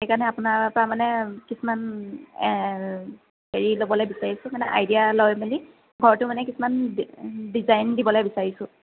সেইকাৰণে আপোনাৰ পৰা মানে কিছুমান হেৰি ল'বলৈ বিচাৰিছোঁ মানে আইদিয়া লৈ মেলি ঘৰটো মানে কিছুমান ডি ডিজাইন দিবলৈ বিচাৰিছোঁ